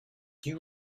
you